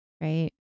right